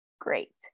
great